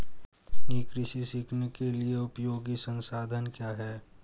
ई कृषि सीखने के लिए उपयोगी संसाधन क्या हैं?